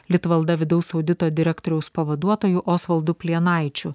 litvalda vidaus audito direktoriaus pavaduotoju osvaldu plienaičiu